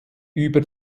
über